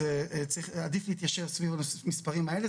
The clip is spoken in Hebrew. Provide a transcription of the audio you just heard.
אז עדיף להתיישר סביב המספרים האלה,